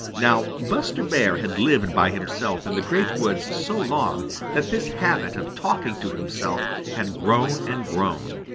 now buster bear had lived by himself in the great woods so long that this habit of talking to himself had grown and grown.